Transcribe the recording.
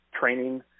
Training